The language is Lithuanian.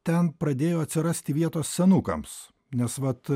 ten pradėjo atsirasti vietos senukams nes vat